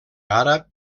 àrab